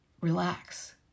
Relax